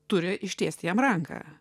turi ištiesti jam ranką